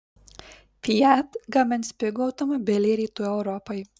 fiat gamins pigų automobilį rytų europai